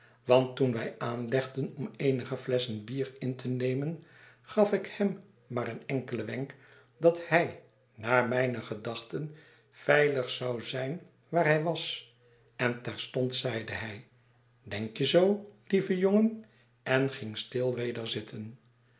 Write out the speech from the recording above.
want toen wij aanlegden om eenige flesschenbier in te nemen gaf ik hem maar een enkelen wenk dat hij naar mijne gedachten veiligst zou zijn waar hij was en terstond zeide hij denk je zoo lieve jongen en ging stil weder zitten